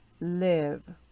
live